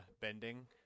bending